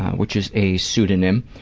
which is a pseudonym.